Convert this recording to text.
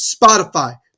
Spotify